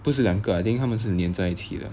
不是两个 I think 它们是粘在一起的